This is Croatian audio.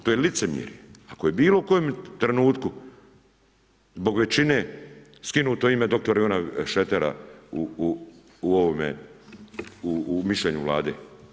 To je licemjerje ako je u bilo kojem trenutku zbog većine skinuto ime dr. Ivana Šretera u ovome, u mišljenju Vlade.